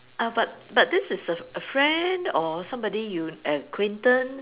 uh but but this is a a friend or somebody you acquainted